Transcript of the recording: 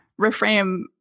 reframe